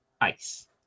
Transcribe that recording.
ice